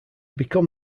become